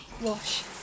Wash